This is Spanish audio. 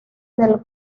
del